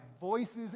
voices